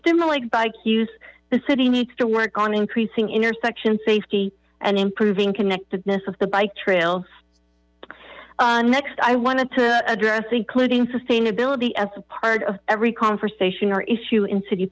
stimulate bike use the city needs to work on increasing intersections safety and improving connectedness of the bike trails next i wanted to address including sustainability as a part of every conversation or issue in city